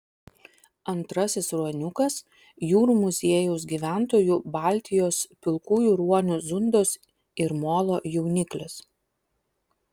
antrasis ruoniukas jūrų muziejaus gyventojų baltijos pilkųjų ruonių zundos ir molo jauniklis